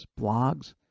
blogs